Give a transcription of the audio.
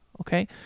okay